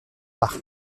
par